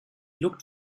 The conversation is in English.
looked